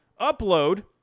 upload